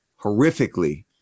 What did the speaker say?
horrifically